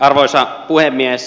arvoisa puhemies